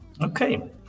Okay